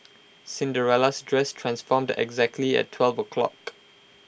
Cinderella's dress transformed exactly at twelve o'clock